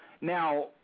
Now